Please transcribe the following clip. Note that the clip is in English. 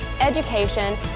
education